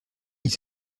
ils